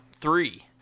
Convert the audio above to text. three